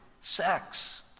sex